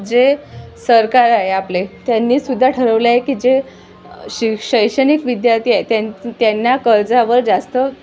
जे सरकार आहे आपले त्यांनीसुद्धा ठरवले आहे की जे शि शैक्षणिक विद्यार्थी आहे त्यां त्यांना कर्जावर जास्त